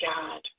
God